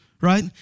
right